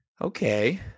Okay